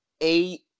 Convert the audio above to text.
Eight